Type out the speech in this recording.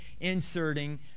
inserting